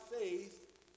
faith